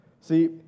See